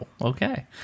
okay